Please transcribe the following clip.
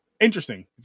interesting